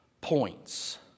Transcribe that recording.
points